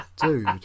Dude